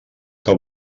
que